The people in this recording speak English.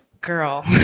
Girl